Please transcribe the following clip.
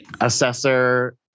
Assessor